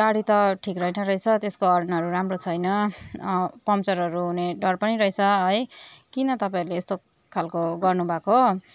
गाडी त ठिक रहेन रहेछ त्यसको हर्नहरू राम्रो छैन पङ्चरहरू हुने डर पनि रहेछ है किन तपाईँहरूले यस्तो खालको गर्नुु भएको